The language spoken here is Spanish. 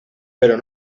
pero